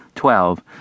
twelve